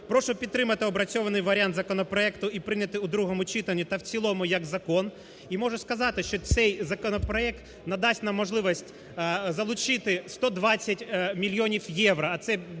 Прошу підтримати опрацьований варіант законопроекту і прийняти у другому читанні та в цілому як закон. І можу сказати, що цей законопроект надасть нам можливість залучити 120 мільйонів євро,